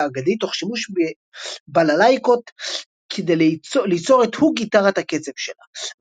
האגדית תוך שימוש בללייקות כדי ליצור את הוק גיטרת הקצב שלה".